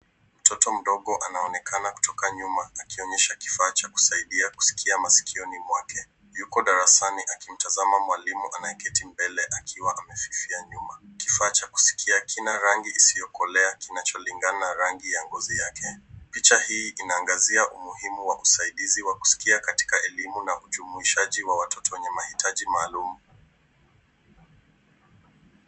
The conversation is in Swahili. Mtoto mdogo anaonekana kutoka nyuma, akionyesha kifaa cha kusaidia kusikia masikioni mwake. Yuko darasani akimtazama mwalimu anayeketi mbele akiwa amefifia nyuma. Kifaa cha kusikia kina rangi isiyokolea kinacholingana rangi ya ngozi yake. Picha hii inaangazia umuhimu wa usaidizi wa kusikia katika elimu na ujumuishaji wa watoto wenye mahitaji maalumu.